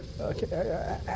Okay